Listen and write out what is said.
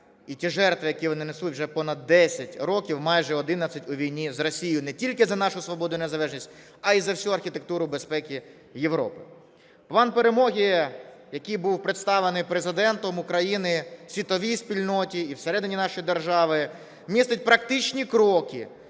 і ті жертви, які вони несуть уже понад 10 років, майже 11 у війні з Росією, не тільки за нашу свободу і незалежність, а й за всю архітектуру безпеки Європи. План перемоги, який був представлений Президентом України світовій спільноті і всередині нашої держави, містить практичні кроки,